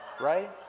Right